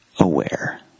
aware